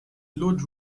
load